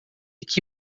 que